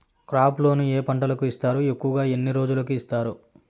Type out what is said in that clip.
crop loan ఏ పంటలకు ఇస్తారు ఎక్కువగా ఎన్ని రోజులకి ఇస్తారు